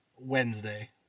Wednesday